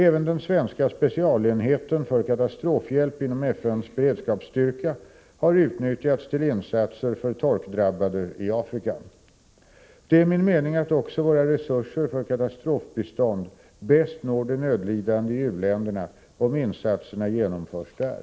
Även den svenska specialenheten för katastrofhjälp inom FN:s beredskapsstyrka har utnyttjats till insatser för torkdrabbade i Afrika. 135 Det är min mening att också våra resurser för katastrofbistånd bäst når de nödlidande i u-länderna om insatserna genomförs där.